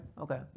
okay